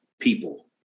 people